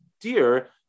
dear